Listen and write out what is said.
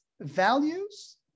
values